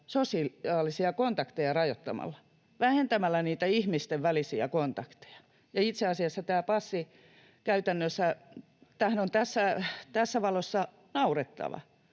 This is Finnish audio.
sosiaalisia kontakteja rajoittamalla, vähentämällä niitä ihmisten välisiä kontakteja. Itse asiassa tämä passihan käytännössä on tässä valossa naurettava.